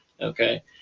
okay